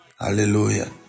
Hallelujah